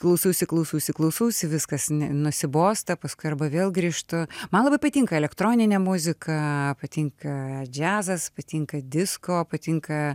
klausausi klausausi klausausi viskas nusibosta paskui arba vėl grįžtu man labai patinka elektroninė muzika patinka džiazas patinka disko patinka